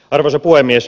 arvoisa puhemies